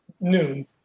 noon